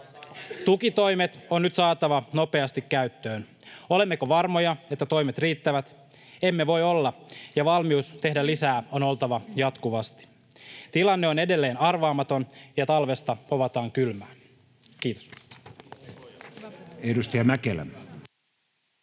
Tukitoimet on nyt saatava nopeasti käyttöön. Olemmeko varmoja, että toimet riittävät? Emme voi olla, ja on oltava jatkuvasti valmius tehdä lisää. Tilanne on edelleen arvaamaton, ja talvesta povataan kylmää. — Kiitos.